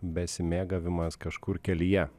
besimėgavimas kažkur kelyje